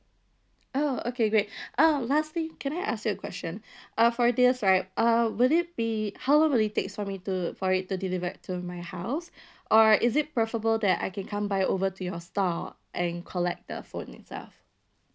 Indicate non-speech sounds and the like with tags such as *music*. oh okay great *breath* um lastly can I ask you a question *breath* uh for their side uh would it be how long will it takes for me to for it the delivered to my house *breath* or is it preferable that I can come by over to your store and collect the phone itself